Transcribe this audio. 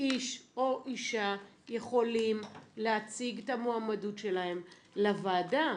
איש או אישה יכולים להציג את המועמדות שלהם לוועדה?